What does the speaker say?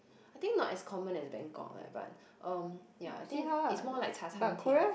I think not as common as Bangkok leh but um ya I think it's more like 茶餐厅